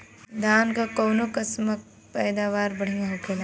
धान क कऊन कसमक पैदावार बढ़िया होले?